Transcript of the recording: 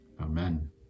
Amen